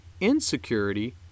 insecurity